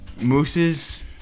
Moose's